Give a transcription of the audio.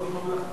היה מאוד ממלכתי.